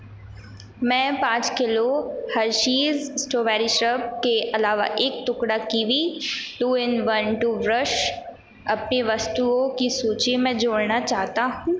मैं पाँच kilo Hershey's strawberry syrup के अलावा एक टुकड़ा kiwi two in one toothbrush अपनी वस्तुओं की सूची में जोड़ना चाहता हूँ